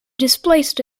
displaced